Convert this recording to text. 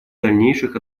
дальнейших